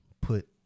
put